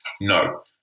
No